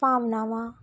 ਭਾਵਨਾਵਾਂ